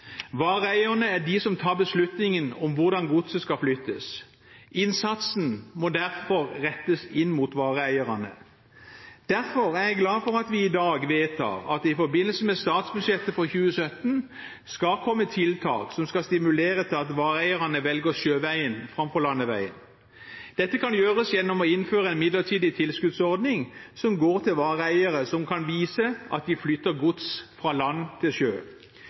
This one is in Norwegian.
Vareeierne er de som tar beslutningen om hvordan godset skal flyttes, og innsatsen må derfor rettes inn mot vareeierne. Derfor er jeg glad for at vi i dag vedtar at det i forbindelse med statsbudsjettet for 2017 skal komme tiltak som skal stimulere til at vareeierne velger sjøveien framfor landeveien. Dette kan gjøres gjennom å innføre en midlertidig tilskuddsordning som går til vareeiere som kan vise at de flytter gods fra land til sjø.